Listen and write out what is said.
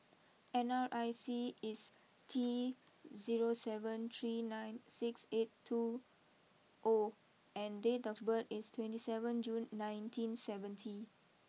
N R I C is T zero seven three nine six eight two O and date of birth is twenty seven June nineteen seventy